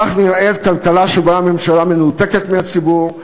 כך נראית כלכלה שבה הממשלה מנותקת מהציבור.